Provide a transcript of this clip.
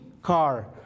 car